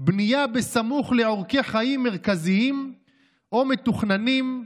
"בנייה סמוך לעורקי חיים מרכזיים או מתוכננים,